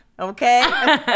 Okay